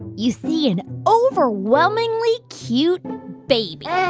you see an overwhelmingly cute baby yeah